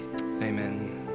Amen